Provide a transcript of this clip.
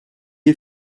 est